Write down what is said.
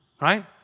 right